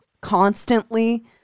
constantly